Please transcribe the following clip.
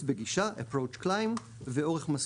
בגישה (approach climb) ואורך מסלול,